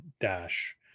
dash